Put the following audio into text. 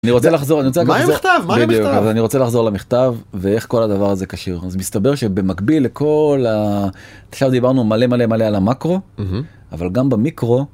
אני רוצה לחזור אני רוצה לחזור למכתב ואיך כל הדבר הזה כשיר, אז מסתבר שבמקביל לכל הדיברנו מלא מלא מלא על המאקרו אבל גם במיקרו.